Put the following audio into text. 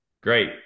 Great